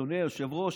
אדוני היושב-ראש,